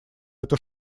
это